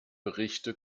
berichte